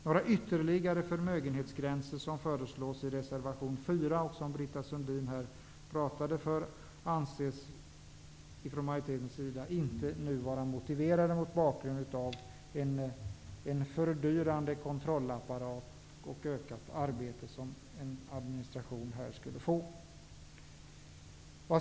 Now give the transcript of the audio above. Några ytterligare förmögenhetsgränser, som föreslås i reservation nr 4, som Britta Sundin pratade för, anses av majoriteten inte vara motiverade mot bakgrund av en fördyrande kontrollapparat och ökat arbete, som administrationen av detta skulle innebära.